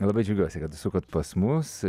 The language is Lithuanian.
labai džiaugiuosi kad užsukot pas mus